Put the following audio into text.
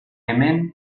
hemen